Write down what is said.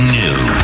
new